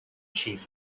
chief